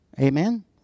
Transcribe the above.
amen